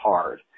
hard